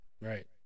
Right